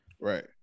Right